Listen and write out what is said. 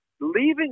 leaving